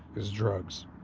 is drugs.